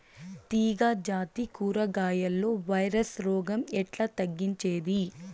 తీగ జాతి కూరగాయల్లో వైరస్ రోగం ఎట్లా తగ్గించేది?